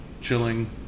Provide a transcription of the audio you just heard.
chilling